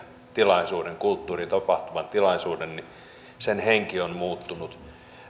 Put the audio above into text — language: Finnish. tilaisuuden kulttuuritapahtuman tilaisuuden henki on muuttunut